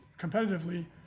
competitively